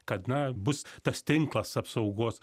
kad na bus tas tinklas apsaugos